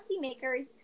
policymakers